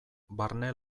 barne